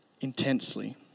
intensely